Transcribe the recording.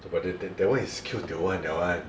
no b~ b~ b~ but that one is keoh tio [one] that one